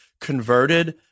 converted